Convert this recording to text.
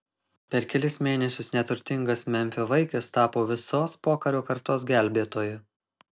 per kelis mėnesius neturtingas memfio vaikis tapo visos pokario kartos gelbėtoju